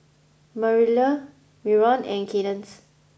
Marilla Myron and Kaydence